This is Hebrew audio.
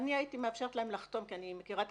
אני הייתי מאפשרת להם לחתום כי אני מכירה את